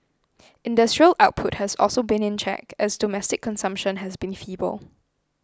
industrial output has also been in check as domestic consumption has been feeble